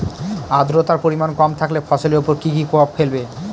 আদ্রর্তার পরিমান কম থাকলে ফসলের উপর কি কি প্রভাব ফেলবে?